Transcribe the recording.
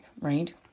right